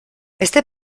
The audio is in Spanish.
este